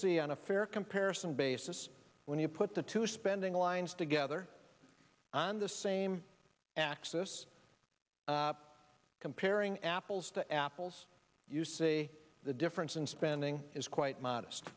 see on a fair comparison basis when you put the two spending lines together on the same axis comparing apples to apples you see the difference in spending is quite modest